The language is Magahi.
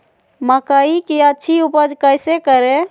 मकई की अच्छी उपज कैसे करे?